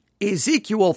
Ezekiel